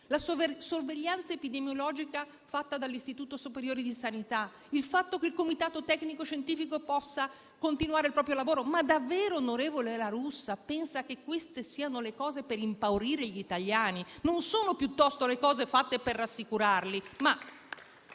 la sorveglianza epidemiologica fatta dall'Istituto superiore di sanità, il fatto che il comitato tecnico-scientifico possa continuare il proprio lavoro. Ma davvero, senatore La Russa, pensa che queste siano cose per impaurire gli italiani? Non sono piuttosto cose fatte per rassicurarli?